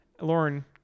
Lauren